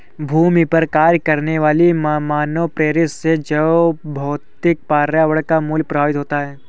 भूमि पर कार्य करने वाली मानवप्रेरित से जैवभौतिक पर्यावरण का मूल्य प्रभावित होता है